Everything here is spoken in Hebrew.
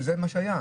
שזה מה שהיה,